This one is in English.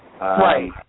Right